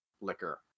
liquor